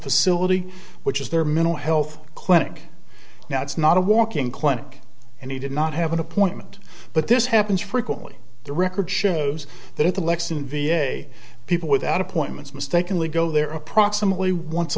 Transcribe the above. facility which is their mental health clinic now it's not a walking clinic and he did not have an appointment but this happens frequently the record shows that at the lexan v a people without appointments mistakenly go there approximately once a